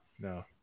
no